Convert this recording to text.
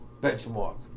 Benchmark